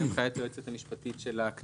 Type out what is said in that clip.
על פי הנחיית היועצת המשפטית של הכנסת,